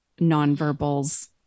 nonverbals